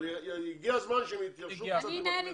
אבל הגיע הזמן שהם יתיישרו קצת עם הכנסת.